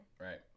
Right